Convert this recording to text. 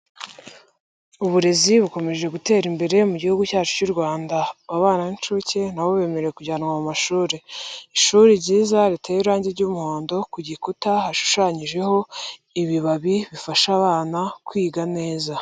Uburezi bukomeje gutera imbere mu gihugu cyacu cy'u Rwanda, abana b'incuke na bo bemerewe kujyanwa mu mashuri, ishuri ryiza riteye irangi ry'umuhondo, ku gikuta hashushanyijeho ibibabi bifasha abana kwiga neza.